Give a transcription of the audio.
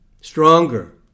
stronger